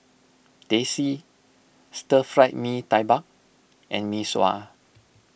Teh C Stir Fried Mee Tai Mak and Mee Sua